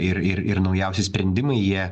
ir ir naujausi sprendimai jie